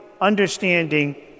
understanding